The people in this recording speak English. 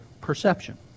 perception